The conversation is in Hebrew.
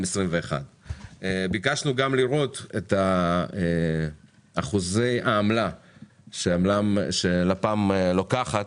ביקשנו גם לראות את אחוזי העמלה שלפ"מ לוקחת